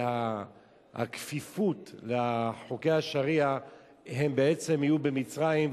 שהכפיפות לחוקי השריעה גם בעצם יהיו במצרים,